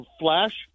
flash